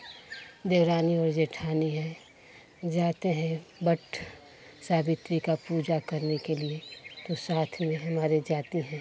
देवरानी और जेठानी है जाते हैं वट सावित्री का पूजा करने के लिए तो साथ में हमारे जाते हैं